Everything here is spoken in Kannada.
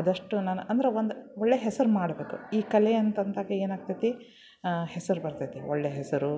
ಅದಷ್ಟು ನಾನು ಅಂದ್ರೆ ಒಂದು ಒಳ್ಳೆಯ ಹೆಸ್ರು ಮಾಡಬೇಕು ಈ ಕಲೆ ಅಂತಂದಾಗ ಏನಾಗ್ತೈತಿ ಹೆಸರು ಬರ್ತತಿ ಒಳ್ಳೆಯ ಹೆಸರು